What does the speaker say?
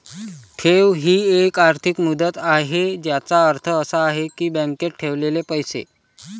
ठेव ही एक आर्थिक मुदत आहे ज्याचा अर्थ असा आहे की बँकेत ठेवलेले पैसे